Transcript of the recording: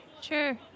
Sure